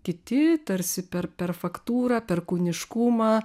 kiti tarsi per per faktūrą per kūniškumą